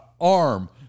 arm